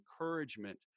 encouragement